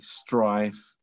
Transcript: strife